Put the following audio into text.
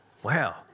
wow